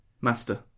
Master